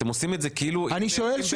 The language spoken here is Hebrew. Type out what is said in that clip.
אתם עושים את זה כאילו --- אני שואל.